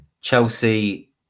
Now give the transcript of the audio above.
chelsea